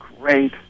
great